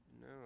no